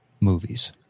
movies